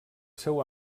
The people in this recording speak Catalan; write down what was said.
seu